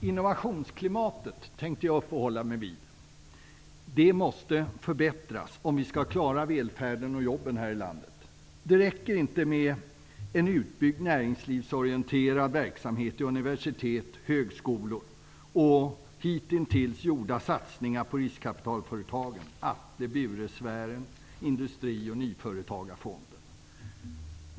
Herr talman! Jag tänkte uppehålla mig vid innovationsklimatet. Det måste förbättras om vi skall klara välfärden och jobben här i landet. Det räcker inte med en utbyggd näringslivsorienterad verksamhet vid universitet och högskolor samt hitintills gjorda satsningar på riskkapitalföretagen i Atle/Bure-sfären och Industri och nyföretagarfonden.